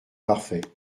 parfait